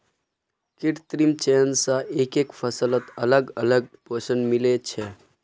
कृत्रिम चयन स एकके फसलत अलग अलग पोषण मिल छे